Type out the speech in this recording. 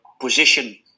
position